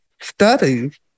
studies